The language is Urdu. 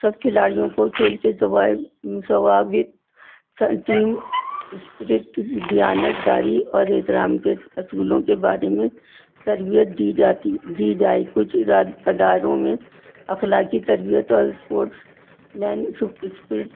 سب کھلاڑیوں کو کھیل کے ثوا ضوابط ٹیم اسپرٹ س دیانت داری اور احترام کے اصولوں کے بارے میں تربیت دی جاتی دی جائے کچھ ارا اداروں میں اخلاقی تربیت اور اسپورٹسمین سو اسپرٹ